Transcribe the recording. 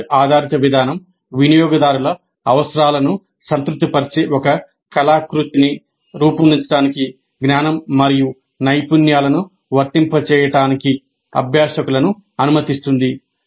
project ఆధారిత విధానం వినియోగదారు అవసరాలను సంతృప్తిపరిచే ఒక కళాకృతిని రూపొందించడానికి జ్ఞానం మరియు నైపుణ్యాలను వర్తింపజేయడానికి అభ్యాసకులను అనుమతిస్తుంది